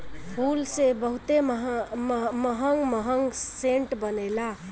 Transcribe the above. फूल से बहुते महंग महंग सेंट बनेला